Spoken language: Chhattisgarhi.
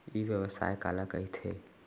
ई व्यवसाय काला कहिथे?